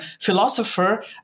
philosopher